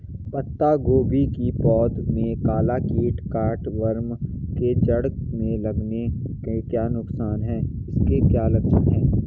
पत्ता गोभी की पौध में काला कीट कट वार्म के जड़ में लगने के नुकसान क्या हैं इसके क्या लक्षण हैं?